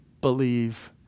believe